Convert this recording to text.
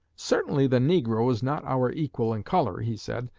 certainly the negro is not our equal in color he said,